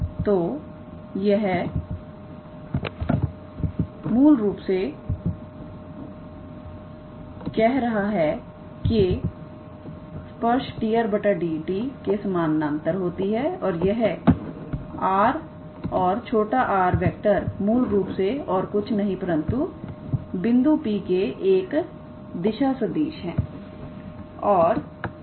तोयह मूल रूप से कह रहा है कि स्पर्श d𝑟⃗dt के समानांतर होती है और यह 𝑅⃗ और 𝑟⃗ मूल रूप से और कुछ नहीं परंतु बिंदु P के एक दिशा सदिश है